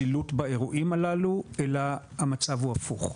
זילות באירועים הללו אלא המצב הוא הפוך.